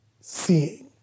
seeing